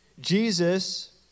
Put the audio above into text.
Jesus